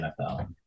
nfl